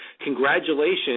congratulations